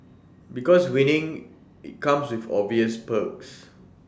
because winning IT comes with obvious perks